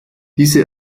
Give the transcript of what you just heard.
diese